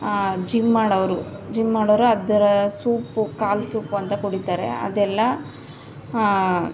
gym ಮಾಡೋವ್ರು gym ಮಾಡೋರು ಅದರ ಸೂಪು ಕಾಲಲು ಸೂಪಂತ ಕುಡಿತಾರೆ ಅದೆಲ್ಲ